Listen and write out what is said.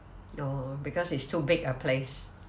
oh because it's too big a place